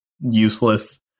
useless